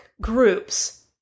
groups